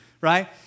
right